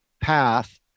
path